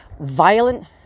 violent